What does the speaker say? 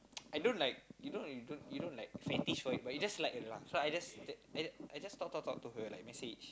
I don't like you know you don't you don't like fetish for it but you just like her laugh so I just I just I just talk talk talk to her like message